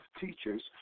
teachers